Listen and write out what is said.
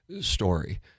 story